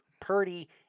Purdy